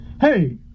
hey